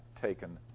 taken